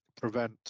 prevent